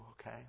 Okay